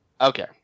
Okay